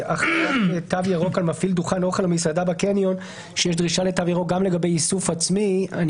ושהתו הירוק יעמוד לבדו ולבטל לתקופה הקרובה את זה